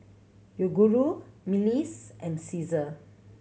Yoguru Miles and Cesar